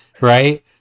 right